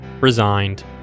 Resigned